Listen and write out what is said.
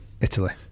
Italy